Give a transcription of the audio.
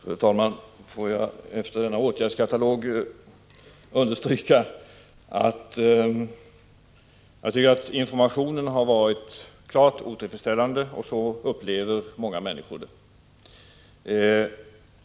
Fru talman! Efter denna åtgärdskatalog vill jag understryka att jag tycker att informationen har varit klart otillfredsställande. Så upplever många människor situationen.